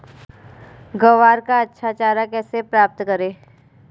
ग्वार का अच्छा चारा कैसे प्राप्त करें?